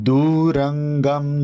Durangam